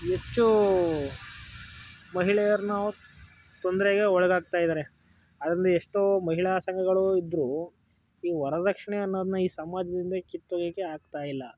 ಹೆಚ್ಚು ಮಹಿಳೆಯರನ್ನು ತೊಂದರೆಗೆ ಒಳಗಾಗ್ತಾ ಇದ್ದಾರೆ ಅದರಲ್ಲಿ ಎಷ್ಟೋ ಮಹಿಳಾ ಸಂಘಗಳು ಇದ್ದರೂ ಈ ವರ್ದಕ್ಷಿಣೆ ಅನ್ನೋದನ್ನು ಈ ಸಮಾಜದಿಂದ ಕಿತ್ತೊಗೆಯೋಕ್ಕೆ ಆಗ್ತಾ ಇಲ್ಲ